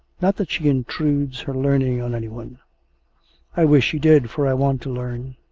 not that she intrudes her learning on any one i wish she did, for i want to learn.